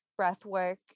breathwork